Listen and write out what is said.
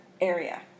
area